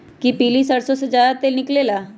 कि पीली सरसों से ज्यादा तेल निकले ला?